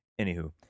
Anywho